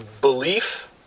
belief